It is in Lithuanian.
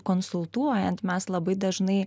konsultuojant mes labai dažnai